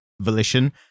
volition